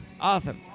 Awesome